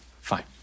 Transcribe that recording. Fine